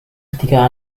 tiga